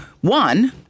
one